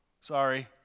Sorry